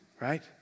right